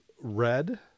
red